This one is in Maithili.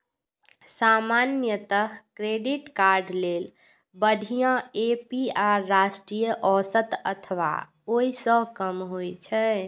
सामान्यतः क्रेडिट कार्ड लेल बढ़िया ए.पी.आर राष्ट्रीय औसत अथवा ओइ सं कम होइ छै